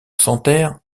santerre